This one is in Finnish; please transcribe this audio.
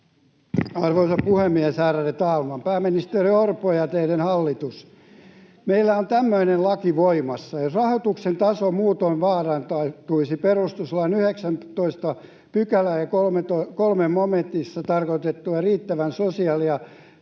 Arvoisa puhemies, ärade talman! Pääministeri Orpo ja teidän hallituksenne: Meillä on voimassa tämmöinen laki, että ”jos rahoituksen taso muutoin vaarantaisi perustuslain 19 §:n 3 momentissa tarkoitettujen riittävien sosiaali- ja